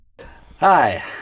Hi